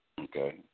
Okay